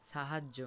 সাহায্য